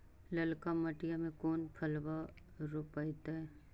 ललका मटीया मे कोन फलबा रोपयतय?